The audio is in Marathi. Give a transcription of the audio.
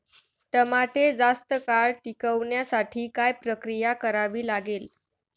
टमाटे जास्त काळ टिकवण्यासाठी काय प्रक्रिया करावी लागेल?